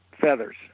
feathers